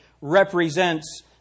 represents